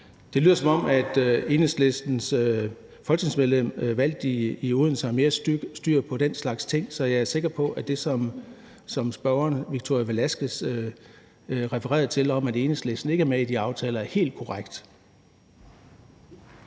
Det lyder, som om Enhedslistens folketingsmedlem valgt i Odense har mere styr på den slags ting, så jeg er sikker på, at det, som Victoria Velasquez refererer til, om, at Enhedslisten ikke er med i de aftaler, er helt korrekt.